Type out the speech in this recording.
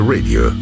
Radio